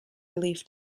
relief